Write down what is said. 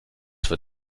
für